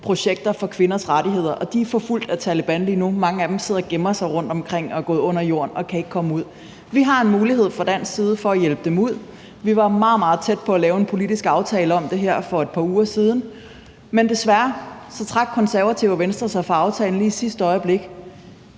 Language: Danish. projektet for kvinders rettigheder. De er forfulgt af Taleban lige nu. Mange af dem sidder og gemmer sig rundtomkring og er gået under jorden og kan ikke komme ud. Vi har fra dansk side en mulighed for at hjælpe dem ud. Vi var meget, meget tæt på at lave en politisk aftale om det her for et par uger siden, men desværre trak Konservative og Venstre sig fra aftalen lige i sidste øjeblik.